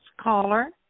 caller